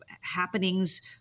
happenings